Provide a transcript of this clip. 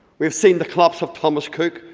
we have seen the collapse of thomas cook,